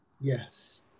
Yes